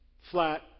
flat